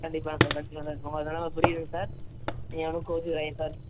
கண்டிப்பாங்க சார் கண்டிப்பாக சார் உங்களோட நெலமைப் புரியிதுங்க சார் நீங்கள் எதுவும் கோச்சுக்கிறாதிங்க சார்